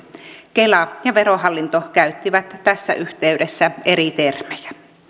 kela ja verohallinto käyttivät tässä yhteydessä eri termejä